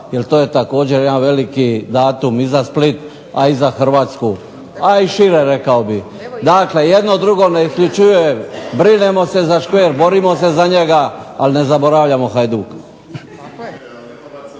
jer to je također jedan veliki datum i za Split, a i za Hrvatsku, a i šire rekao bih. Dakle jedno drugo ne isključuje, brinemo se za škver, borimo se za njega, ali ne zaboravljamo Hajduk.